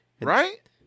right